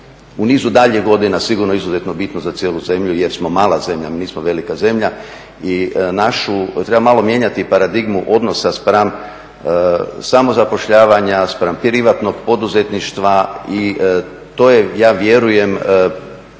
u nizu daljih godina sigurno izuzetno bitno za cijelu zemlju jer smo mala zemlja, mi nismo velika zemlja. I treba malo mijenjati paradigmu odnosa spram samozapošljavanja, spram privatnog poduzetništva i to je ja vjerujem